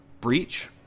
Breach